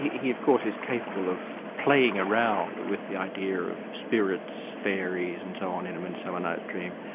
he of course is capable of playing around with the idea of spirits, fairies and so on in a midsummer night's dream,